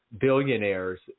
billionaires